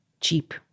cheap